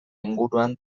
inguruan